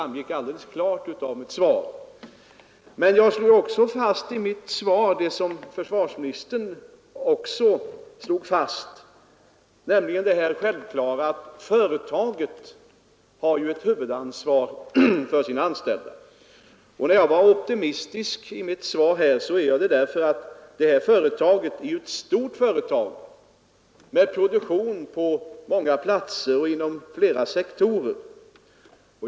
Men jag slår också fast i mitt svar det som försvarsministern också strök under, nämligen det självklara faktum att företaget har ett huvudansvar för sina anställda. När jag är optimistisk i mitt svar är jag det därför att detta företag är ett stort företag med produktion på många platser och inom flera sektorer.